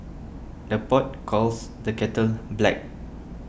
the pot calls the kettle black